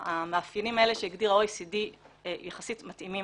המאפיינים האלה שהגדיר ה-OECD יחסית מתאימים